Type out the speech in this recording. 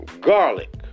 garlic